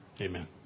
amen